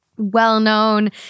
Well-known